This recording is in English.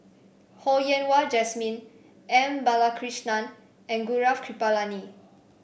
Ho Yen Wah Jesmine M Balakrishnan and Gaurav Kripalani